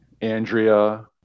Andrea